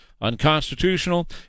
unconstitutional